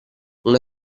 una